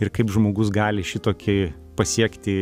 ir kaip žmogus gali šitokį pasiekti